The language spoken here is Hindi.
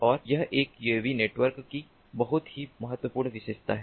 और यह एक यूएवी नेटवर्क की बहुत ही महत्वपूर्ण विशेषता है